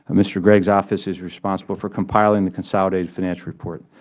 ah mr. gregg's office is responsible for compiling the consolidated financial report.